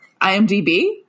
IMDb